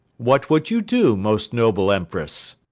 what would you do, most noble empress?